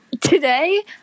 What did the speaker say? Today